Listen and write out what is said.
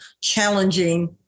challenging